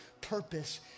purpose